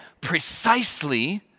precisely